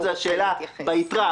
נוגע לשאלה: ביתרה,